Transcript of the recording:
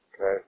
Okay